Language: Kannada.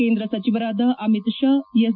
ಕೇಂದ್ರ ಸಚಿವರಾದ ಅಮಿತ್ ಶಾ ಎಸ್